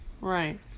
Right